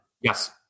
Yes